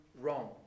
wrong